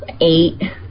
eight